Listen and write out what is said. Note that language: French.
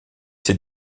ses